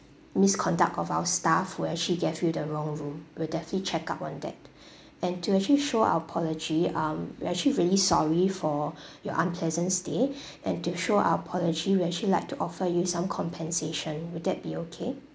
misconduct of our staff where she gave you the wrong room we'll definitely check up on that and to actually show our apology um we're actually really sorry for your unpleasant stay and to show our apology we actually like to offer you some compensation would that be okay